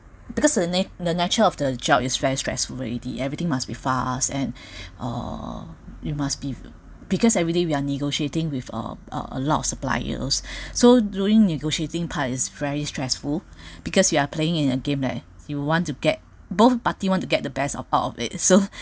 because of the nat~ the nature of the job is very stressful already everything must be fast and uh you must be because everyday we are negotiating with a a lot of suppliers so during negotiating part is very stressful because you are playing in a game leh you want to get both party want to get the best of out of it so